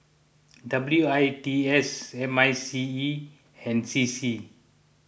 W I T S M I C E and C C